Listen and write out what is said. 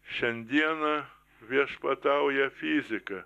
šiandieną viešpatauja fizika